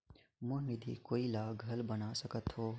मोर निधि कोई ला घल बना सकत हो?